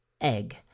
egg